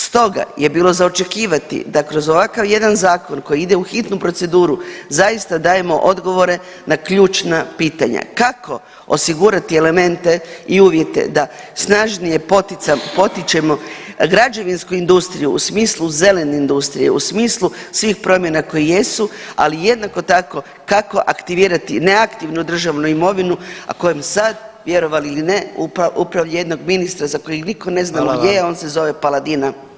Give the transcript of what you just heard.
Stoga je bilo za očekivati da kroz ovakav jedan zakon koji ide u hitnu proceduru zaista dajemo odgovore na ključna pitanja, kako osigurati elemente i uvjete da snažnije potičemo građevinsku industriju u smislu zelene industrije, u smislu svih promjena koje jesu, ali jednako tako kako aktivirati neaktivnu državnu imovinu, a kojom sad vjerovali ili ne upravlja jednog ministra za kojeg nitko ne znamo gdje je, on se zove Paladina.